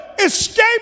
Escape